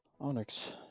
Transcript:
Onyx